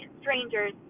strangers